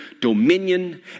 dominion